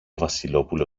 βασιλόπουλο